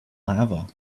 lava